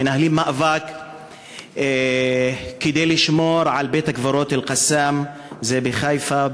מנהלים מאבק כדי לשמור על בית-הקברות "אל-קסאם" בחיפה,